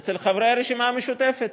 אצל חברי הרשימה המשותפת,